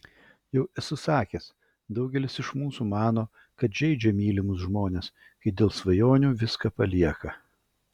jau esu sakęs daugelis iš mūsų mano kad žeidžia mylimus žmones kai dėl svajonių viską palieka